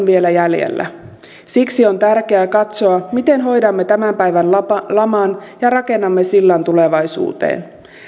vielä jäljellä siksi on tärkeää katsoa miten hoidamme tämän päivän laman ja rakennamme sillan tulevaisuuteen